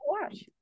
watch